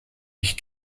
ich